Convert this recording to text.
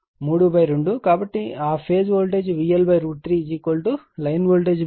కాబట్టి ఆ phase voltage VL3 line voltage